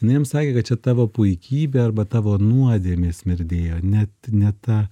inai jam sakė kad čia tavo puikybė arba tavo nuodėmė smyrdėjo net ne ta